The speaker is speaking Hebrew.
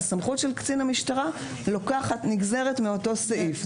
והסמכות של קצין המשטרה נגזרת מאותו סעיף.